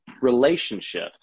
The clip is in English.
relationship